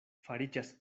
fariĝas